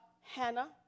Hannah